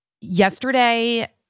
yesterday